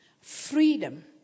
freedom